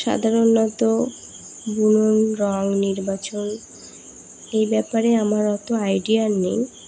সাধারণত বুনুন রঙ নির্বাচন এই ব্যাপারে আমার অত আইডিয়া নেই